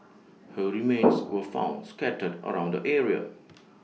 her remains were found scattered around the area